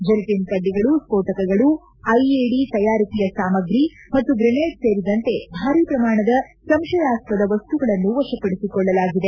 gelatin ಕಡ್ಡಿಗಳು ಸ್ಕೋಟಕಗಳು IED ತಯಾರಿಕೆಯ ಸಾಮಗ್ರಿ ಮತ್ತು ಗ್ರೆನೆಡ್ ಸೇರಿದಂತೆ ಭಾರಿ ಪ್ರಮಾಣದ ಸಂಶಯಾಸ್ವದ ವಸ್ತುಗಳನ್ನು ವಶಪಡಿಸಿಕೊಳ್ಳಲಾಗಿದೆ